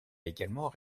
également